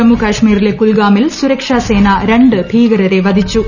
ജമ്മു കാശ്മീരിലെ കുൽഗാമിൽ സുരക്ഷാസേന രണ്ട് ഭീകരരെ വധിച്ചു